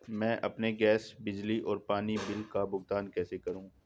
मैं अपने गैस, बिजली और पानी बिल का भुगतान कैसे करूँ?